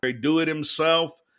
do-it-himself